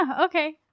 okay